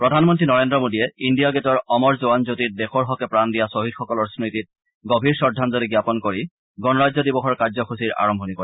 প্ৰধানমন্ত্ৰী নৰেন্দ্ৰ মোদীয়ে ইণ্ডিয়া গেটৰ অমৰ জোৱানজ্যোতিত দেশৰ হকে প্ৰাণ দিয়া শ্বহিদসকলৰ স্মৃতিত গভীৰ শ্ৰদ্ধাঞ্জলি জ্ঞাপন কৰি গণৰাজ্য দিৱসৰ কাৰ্যসূচীৰ আৰম্ভণি কৰে